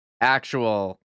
actual